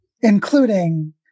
including